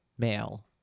male